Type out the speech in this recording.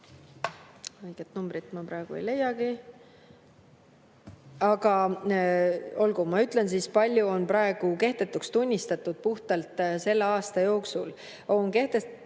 Õiget numbrit ma praegu ei leiagi. Aga ma ütlen, palju on praegu kehtetuks tunnistatud puhtalt selle aasta jooksul. Kehtetuks